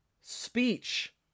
Speech